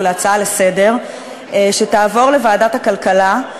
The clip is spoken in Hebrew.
להצעה לסדר-היום שתעבור לוועדת הכלכלה.